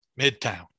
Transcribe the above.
Midtown